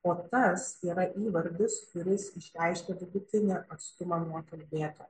o tas yra įvardis kuris išreiškia vidutinį atstumą nuo kalbėtojo